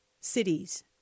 cities